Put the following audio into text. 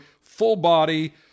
full-body